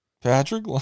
Patrick